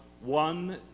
one